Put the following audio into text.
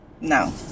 no